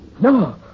No